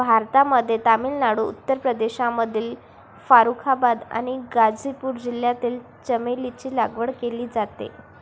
भारतामध्ये तामिळनाडू, उत्तर प्रदेशमधील फारुखाबाद आणि गाझीपूर जिल्ह्यात चमेलीची लागवड केली जाते